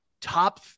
top